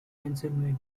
pennsylvania